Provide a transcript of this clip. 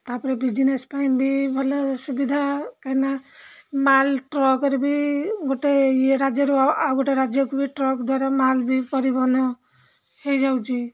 ତା'ପରେ ବିଜିନେସ୍ ପାଇଁ ବି ଭଲ ସୁବିଧା କାହିଁକିନା ମାଲ୍ ଟ୍ରକ୍ରେ ବି ଗୋଟେ ଇଏ ରାଜ୍ୟରୁ ଆଉ ଗୋଟେ ରାଜ୍ୟକୁ ବି ଟ୍ରକ୍ ଦ୍ଵାରା ମାଲ୍ ବି ପରିବହନ ହୋଇଯାଉଛି